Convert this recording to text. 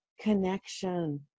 connection